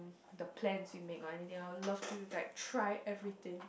the plans we make one they are love to like try everything